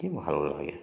কী ভালো লাগে